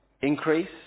increase